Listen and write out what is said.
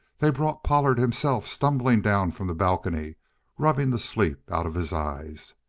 they brought pollard himself stumbling down from the balcony rubbing the sleep out of his eyes.